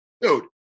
Dude